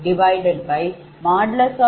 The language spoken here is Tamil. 78620